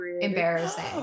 embarrassing